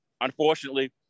unfortunately